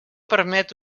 permet